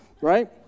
right